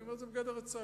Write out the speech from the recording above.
אני אומר את זה בגדר הצעה,